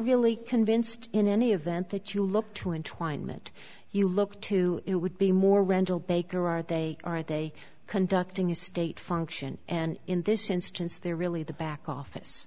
really convinced in any event that you look to and twined mit you look to it would be more rental baker are they are they conducting a state function and in this instance they're really the back office